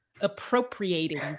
appropriating